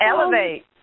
elevate